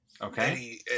Okay